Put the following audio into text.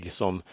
som